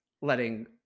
letting